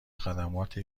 خدمات